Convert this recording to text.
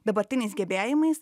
dabartiniais gebėjimais